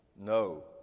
No